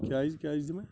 کیٛازِ کیٛازِ دِمٕے